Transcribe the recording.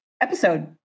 episode